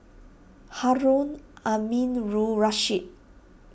Harun Aminurrashid